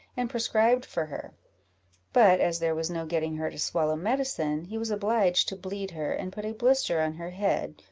and prescribed for her but as there was no getting her to swallow medicine, he was obliged to bleed her, and put a blister on her head,